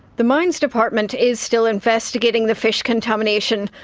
the mines department is still investigating the fish contamination,